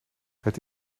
het